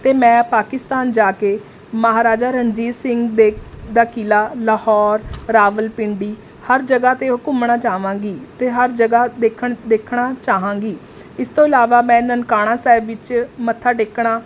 ਅਤੇ ਮੈਂ ਪਾਕਿਸਤਾਨ ਜਾ ਕੇ ਮਹਾਰਾਜਾ ਰਣਜੀਤ ਸਿੰਘ ਦੇ ਦਾ ਕਿਲ੍ਹਾ ਲਾਹੌਰ ਰਾਵਲਪਿੰਡੀ ਹਰ ਜਗ੍ਹਾ 'ਤੇ ਉਹ ਘੁੰਮਣਾ ਚਾਹਵਾਂਗੀ ਅਤੇ ਹਰ ਜਗ੍ਹਾ ਦੇਖਣ ਦੇਖਣਾ ਚਾਹਾਂਗੀ ਇਸ ਤੋਂ ਇਲਾਵਾ ਮੈਂ ਨਨਕਾਣਾ ਸਾਹਿਬ ਵਿੱਚ ਮੱਥਾ ਟੇਕਣਾ